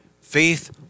Faith